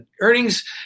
Earnings